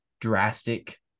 drastic